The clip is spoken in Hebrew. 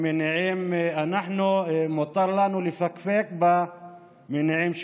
אנחנו, מותר לנו לפקפק במניעים שלהם.